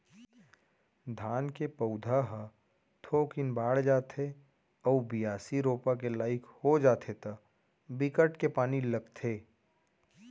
धान के पउधा ह थोकिन बाड़ जाथे अउ बियासी, रोपा के लाइक हो जाथे त बिकट के पानी लगथे